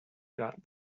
got